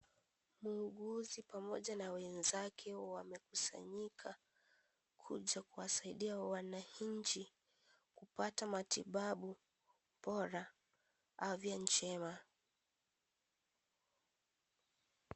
Muuguzi pamoja na wenzake wamekusanyika kuja kuwasaidia wananchi kupata matibabu bora afya njema.